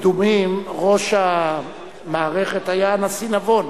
ב"נאות קדומים" ראש המערכת היה הנשיא נבון.